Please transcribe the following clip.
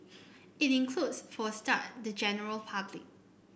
it includes for a start the general public